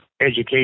education